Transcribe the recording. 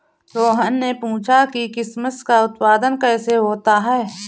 रोहन ने पूछा कि किशमिश का उत्पादन कैसे होता है?